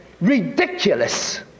ridiculous